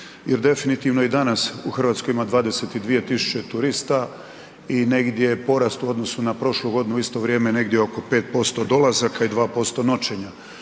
Jer definitivno i danas u Hrvatskoj ima 22 tisuće turista i negdje porast u odnosu na prošlu godinu u isto vrijeme oko 5% dolazaka i 2% noćenja.